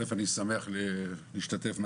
אני שמח להשתתף בדיון,